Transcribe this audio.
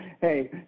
Hey